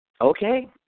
Okay